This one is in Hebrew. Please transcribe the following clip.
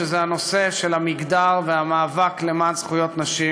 שזה הנושא של המגדר והמאבק למען זכויות נשים.